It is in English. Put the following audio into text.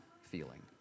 feeling